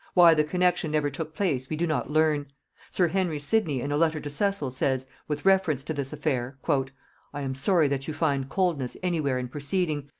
why the connexion never took place we do not learn sir henry sidney in a letter to cecil says, with reference to this affair i am sorry that you find coldness any where in proceeding,